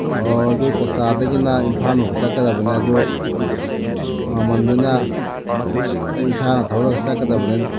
ꯑꯣ ꯑꯩꯈꯣꯏ ꯀ꯭ꯋꯥꯛꯇꯥꯗꯒꯤꯅ ꯏꯝꯐꯥꯜ ꯐꯥꯎꯕ ꯆꯠꯀꯗꯕꯅꯦ ꯑꯗꯨ ꯃꯃꯜꯗꯨꯅ ꯑꯩ ꯏꯁꯥꯅ ꯊꯧꯔꯒ ꯆꯠꯀꯗꯕꯅꯦ